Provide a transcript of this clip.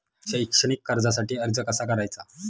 शैक्षणिक कर्जासाठी अर्ज कसा करायचा?